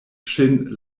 ŝin